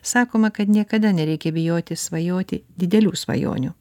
sakoma kad niekada nereikia bijoti svajoti didelių svajonių